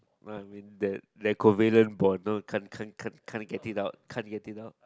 no I mean that that covalent bond no can't can't can't can't get it out can't get it out